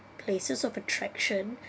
places of attraction